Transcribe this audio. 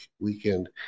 weekend